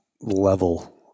level